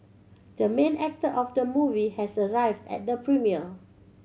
the main actor of the movie has arrived at the premiere